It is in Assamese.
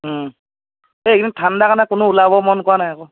এই এইকেইদিন ঠাণ্ডা কাৰণে কোনো ওলাব মন কৰা নাই আকৌ